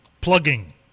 plugging